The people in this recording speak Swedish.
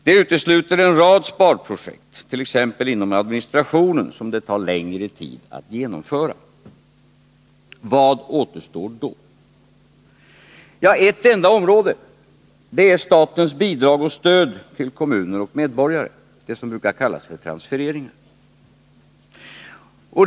Det utesluter en rad sparprojekt, t.ex. inom administrationen, som det tar längre tid att genomföra. Vad återstår då? Ja, ett enda område, och det är statens bidrag och stöd till kommuner och medborgare, det som brukar kallas för transfereringarna.